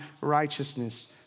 righteousness